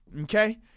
Okay